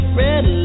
red